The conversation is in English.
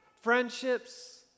Friendships